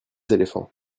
éléphants